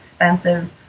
expensive